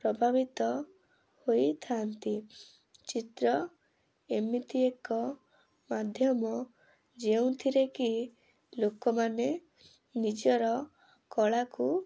ପ୍ରଭାବିତ ହୋଇଥାନ୍ତି ଚିତ୍ର ଏମିତି ଏକ ମାଧ୍ୟମ ଯେଉଁଥିରେ କି ଲୋକମାନେ ନିଜର କଳାକୁ